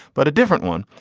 but a different one.